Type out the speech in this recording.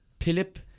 Philip